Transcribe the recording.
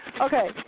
Okay